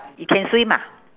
you can swim ah